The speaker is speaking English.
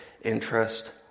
interest